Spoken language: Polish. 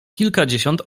kilkadziesiąt